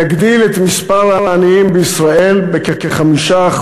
יגדיל את מספר העניים בישראל בכ-5%,